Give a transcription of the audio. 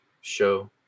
show